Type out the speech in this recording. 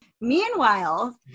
Meanwhile